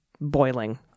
boiling